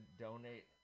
donate